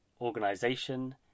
organization